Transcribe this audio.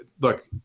Look